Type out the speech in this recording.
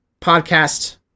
podcast